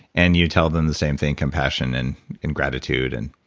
and you tell them the same thing compassion and and gratitude, and